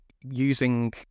using